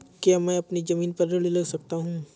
क्या मैं अपनी ज़मीन पर ऋण ले सकता हूँ?